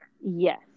Yes